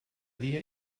dia